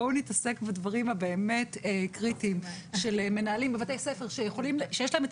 בואו נתעסק בדברים שהם באמת קריטיים של מנהלים בבתי הספר שיש להם את